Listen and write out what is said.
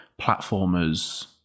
platformers